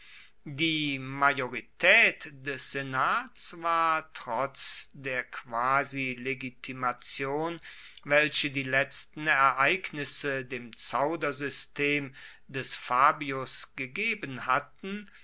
die majoritaet des senats war trotz der quasilegitimation welche die letzten ereignisse dem zaudersystem des fabius gegeben hatten